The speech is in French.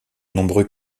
nombreux